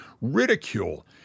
ridicule